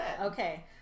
Okay